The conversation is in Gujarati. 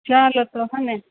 ચાલો તો હો ને